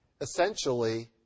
Essentially